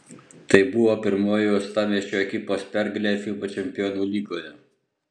tai buvo pirmoji uostamiesčio ekipos pergalė fiba čempionų lygoje